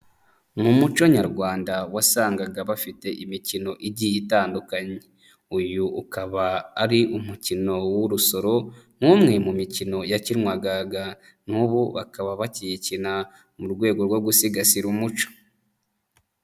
Mu muco nyarwanda wasangaga bafite imikino igiye itandukanye. Uyu ukaba ari umukino w'urusoro nk'umwe mu mikino yakinwaga n'ubu bakaba bakiyikina mu rwego rwo gusigasira umuco.